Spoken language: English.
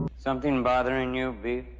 something bothering you, beef?